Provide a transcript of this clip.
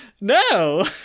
No